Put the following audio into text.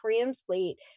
translate